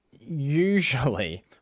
usually